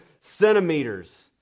centimeters